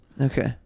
Okay